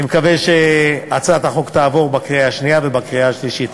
אני מקווה שהצעת החוק תעבור בקריאה שנייה ובקריאה שלישית.